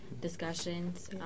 discussions